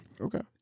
Okay